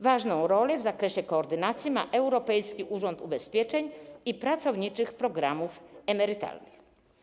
Ważną rolę w zakresie koordynacji ma Europejski Urząd Ubezpieczeń i Pracowniczych Programów Emerytalnych.